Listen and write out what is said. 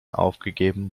aufgegeben